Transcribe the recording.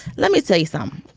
let me tell you so um